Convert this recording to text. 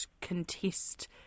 contest